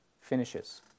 finishes